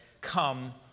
come